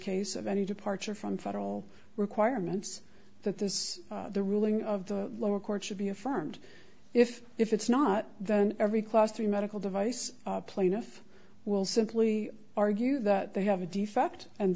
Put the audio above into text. case of any departure from federal requirements that this ruling of the lower court should be affirmed if if it's not then every class three medical device plaintiff will simply argue that they have a defect and